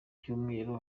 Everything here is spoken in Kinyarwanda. cyumweru